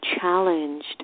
challenged